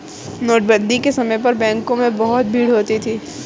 नोटबंदी के समय पर बैंकों में बहुत भीड़ होती थी